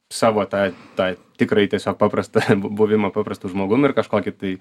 savo tą tą tikrąjį tiesiog paprastą bu buvimą paprastu žmogum ir kažkokį tai